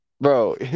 Bro